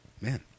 Man